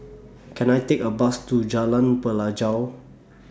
Can I Take A Bus to Jalan Pelajau